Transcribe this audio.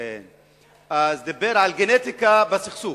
דיבר על גנטיקה בסכסוך.